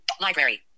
library